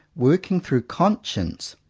working through conscience,